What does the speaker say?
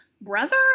brother